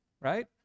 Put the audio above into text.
right